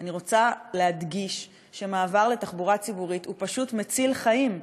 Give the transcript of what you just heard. אני רוצה להדגיש שמעבר לתחבורה ציבורית פשוט מציל חיים,